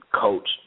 coach